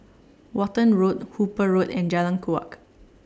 Walton Road Hooper Road and Jalan Kuak